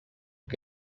que